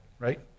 right